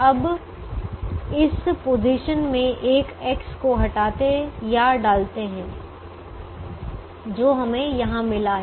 अब इस पोजीशन में एक X को हटाते या डालते है जो हमें यहां मिला है